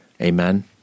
Amen